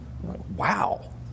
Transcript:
Wow